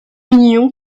union